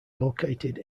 located